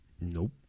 Nope